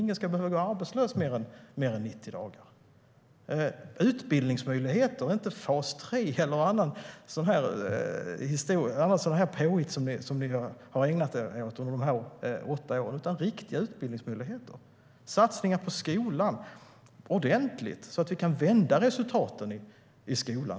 Ingen ska behöva gå arbetslös mer än 90 dagar. Det handlar om utbildningsmöjligheter, inte om fas 3 eller något annat sådant påhitt som ni har ägnat er åt under de här åtta åren utan om riktiga utbildningsmöjligheter. Det handlar om ordentliga satsningar på skolan, så att vi kan vända resultaten i skolan.